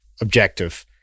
Objective